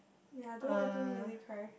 ya I don't I don't really cry